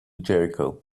jericho